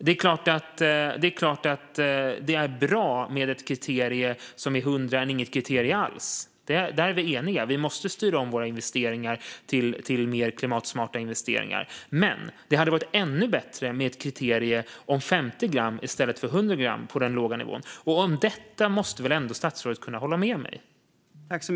Det är klart att det är bra med ett kriterium som är 100 än inget kriterium alls. Där är vi eniga. Vi måste styra om våra investeringar till mer klimatsmarta investeringar. Men det hade varit ännu bättre med ett kriterium om 50 gram i stället för 100 gram på den låga nivån. Det måste väl ändå statsrådet kunna hålla med mig om?